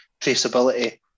traceability